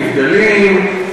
נבדלים,